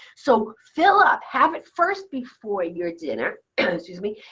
so fill up have it first before your dinner excuse me.